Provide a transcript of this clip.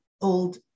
old